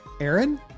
Aaron